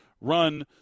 run